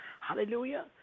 Hallelujah